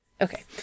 Okay